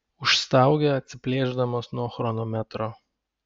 užstaugė atsiplėšdamas nuo chronometro